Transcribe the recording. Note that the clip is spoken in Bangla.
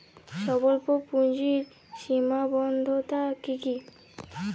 স্বল্পপুঁজির সীমাবদ্ধতা কী কী?